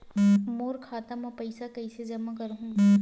मोर खाता म पईसा कइसे जमा करहु?